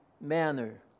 manner